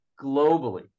globally